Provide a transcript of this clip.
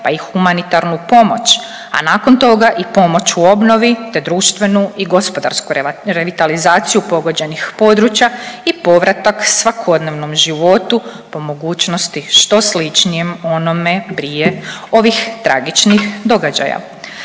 pa i humanitarnu pomoć, a nakon toga i pomoć u obnovi te društvenu i gospodarsku revitalizaciju pogođenih područja i povratak svakodnevnom životu po mogućnosti što sličnijim onome prije ovih tragičnih događaja.